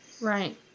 Right